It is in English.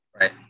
right